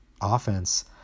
offense